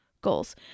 goals